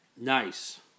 Nice